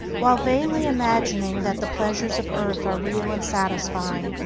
while vainly imagining that the pleasures of earth are real and satisfying,